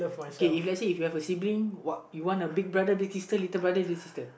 okay if let's say if you have a sibling what you want a big brother big sister little brother little sister